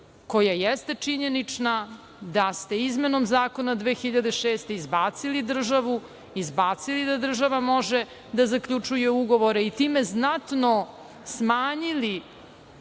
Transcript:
koja jeste činjenična, da ste izmenom zakona 2006. godine izbacili državu, izbacili da država može da zaključuje ugovore i time znatno smanjili